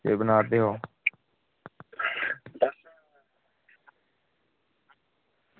केह् बना दे ओ